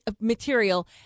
material